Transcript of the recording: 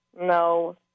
No